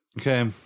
okay